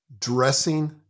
Dressing